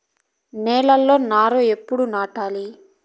నేలలో నారు ఎప్పుడు నాటాలి?